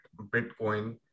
Bitcoin